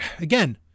again